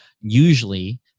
Usually